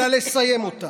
אלא לסיים אותה.